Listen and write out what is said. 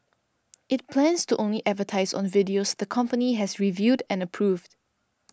it plans to only advertise on videos the company has reviewed and approved